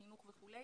החינוך וכולי